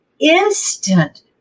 instant